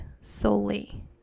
solely